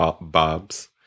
bobs